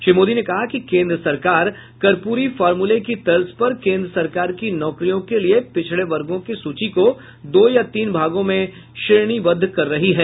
श्री मोदी ने कहा कि केन्द्र सरकार कपूरी फर्मूले की तर्ज पर केन्द्र सरकार की नौकरियों के लिए पिछड़े वर्गों की सूची को दो या तीन भागों में श्रेणीबद्ध कर रही है